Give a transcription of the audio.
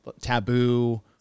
taboo